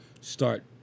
start